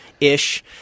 ish